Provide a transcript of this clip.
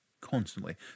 constantly